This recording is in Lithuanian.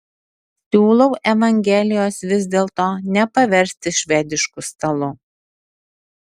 siūlau evangelijos vis dėlto nepaversti švedišku stalu